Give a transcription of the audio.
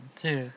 two